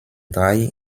drei